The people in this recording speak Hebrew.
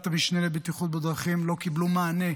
המשנה לבטיחות בדרכים לא קיבלו מענה.